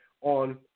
on